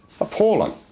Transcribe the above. Appalling